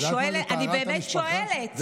אני באמת שואלת.